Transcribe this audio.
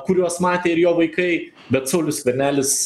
kuriuos matė ir jo vaikai bet saulius skvernelis